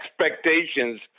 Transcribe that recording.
expectations